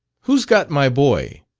who's got my boy?